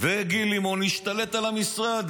וגיל לימון להשתלט על המשרה,